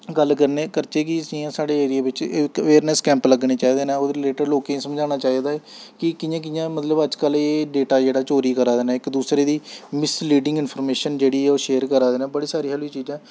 गल्ल करने करचै कि जि'यां साढ़े एरिये बिच्च इक अवेयरनैस्स कैंप लग्गने चाहिदे न ओह्दे रिलेटिड लोकें गी समझाना चाहिदा कि कि'यां कि'यां मतलब अजकल्ल एह् डेटा जेह्ड़ा चोरी करा दे न इक दूसरे दी मिस लीडिंग इंफर्मेशन जेह्ड़ी ऐ ओह् शेयर करा दे न बड़ी सारी एहो जेही चीजां